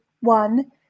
one